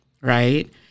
right